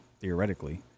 theoretically